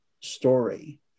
story